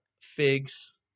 figs